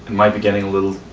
might be getting a little.